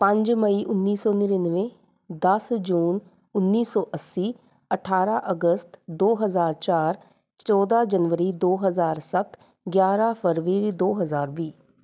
ਪੰਜ ਮਈ ਉੱਨੀ ਸੌ ਨੜਿਨਵੇਂ ਦਸ ਜੂਨ ਉੱਨੀ ਸੌ ਅੱਸੀ ਅਠਾਰ੍ਹਾਂ ਅਗਸਤ ਦੋ ਹਜ਼ਾਰ ਚਾਰ ਚੌਦ੍ਹਾਂ ਜਨਵਰੀ ਦੋ ਹਜ਼ਾਰ ਸੱਤ ਗਿਆਰ੍ਹਾਂ ਫਰਵਰੀ ਦੋ ਹਜ਼ਾਰ ਵੀਹ